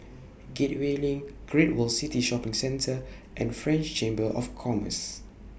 Gateway LINK Great World City Shopping Centre and French Chamber of Commerce